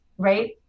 right